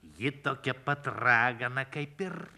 ji tokia pat ragana kaip ir